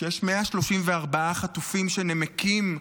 שיש 134 חטופים שנמקים,